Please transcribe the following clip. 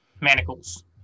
manacles